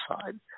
side